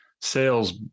sales